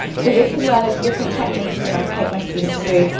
so this is where those different techniques that i take my students through,